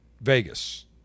Vegas